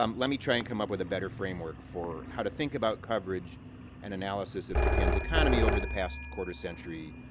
um let me try and come up with a better framework for how to think about coverage and analysis of japan's economy over the past quarter century,